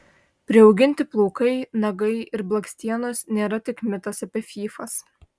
priauginti plaukai nagai ir blakstienos nėra tik mitas apie fyfas